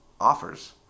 offers